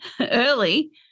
early